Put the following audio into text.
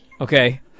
Okay